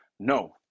No